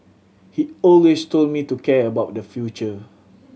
he always told me to care about the future